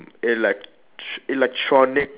elect~ electronic